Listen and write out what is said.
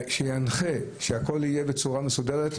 שינחה ושהכל יהיה בצורה מסודרת.